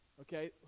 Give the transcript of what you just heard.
Okay